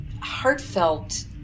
heartfelt